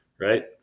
right